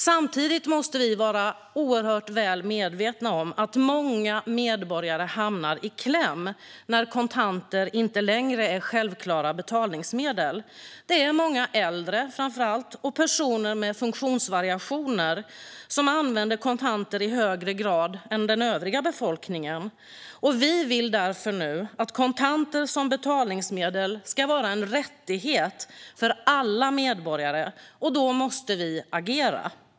Samtidigt måste vi vara oerhört väl medvetna om att många medborgare hamnar i kläm när kontanter inte längre är självklara betalningsmedel. Framför allt många äldre och personer med funktionsvariationer använder kontanter i högre grad än den övriga befolkningen. Vi vill nu därför att kontanter som betalningsmedel ska vara en rättighet för alla medborgare, och då måste vi agera.